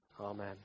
Amen